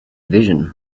vision